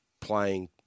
playing